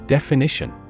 Definition